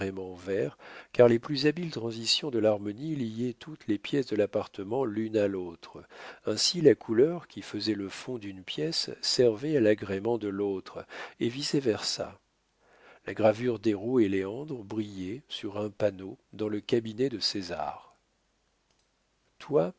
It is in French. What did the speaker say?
verts car les plus habiles transitions de l'harmonie liaient toutes les pièces de l'appartement l'une à l'autre ainsi la couleur qui faisait le fond d'une pièce servait à l'agrément de l'autre et vice versa la gravure d'héro et léandre brillait sur un panneau dans le cabinet de césar